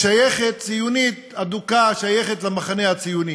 ציונית אדוקה, שייכת למחנה הציוני,